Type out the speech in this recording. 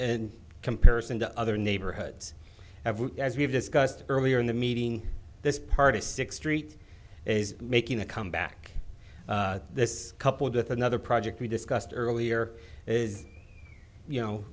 in comparison to other neighborhoods as we've discussed earlier in the meeting this part of six street is making a comeback this coupled with another project we discussed earlier is you know